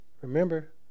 Remember